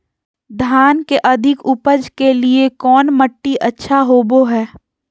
धान के अधिक उपज के लिऐ कौन मट्टी अच्छा होबो है?